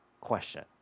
question